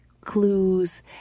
clues